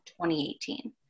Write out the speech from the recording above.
2018